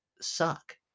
suck